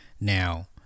Now